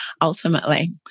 ultimately